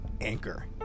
Anchor